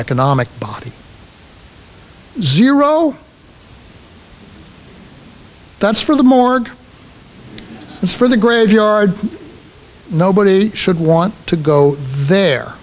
economic body zero that's for the morgue as for the graveyard nobody should want to go there